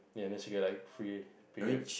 ya then she got like free period